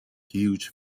huge